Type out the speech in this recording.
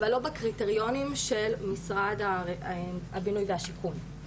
אבל לא בקריטריונים של משרד הבינוי והשיכון,